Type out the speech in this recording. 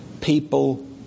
people